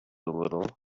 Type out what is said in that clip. little